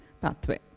pathway